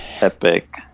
epic